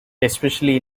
especially